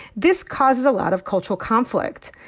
this causes a lot of cultural conflict.